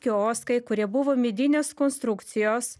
kioskai kurie buvo medinės konstrukcijos